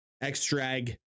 X-Drag